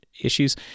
issues